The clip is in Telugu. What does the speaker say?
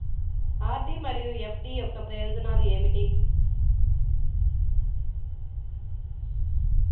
ఆర్.డీ మరియు ఎఫ్.డీ యొక్క ప్రయోజనాలు ఏమిటి?